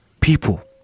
People